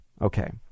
Okay